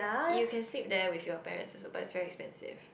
you can sleep there with your parents also but it's very expensive